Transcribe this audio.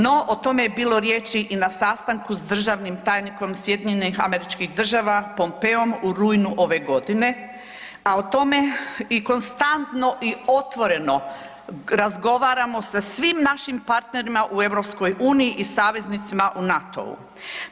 No o tome je bilo riječi i na sastanku s državnim tajnikom SAD Pompeom u rujnu ove godine, a o tome konstantno i otvoreno razgovaramo sa svim našim partnerima u EU i saveznicima u NATO-u.